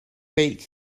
beic